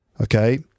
Okay